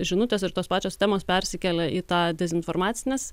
žinutės ir tos pačios temos persikėlia į tą dezinformacines